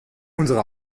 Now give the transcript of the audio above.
unsere